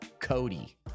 Cody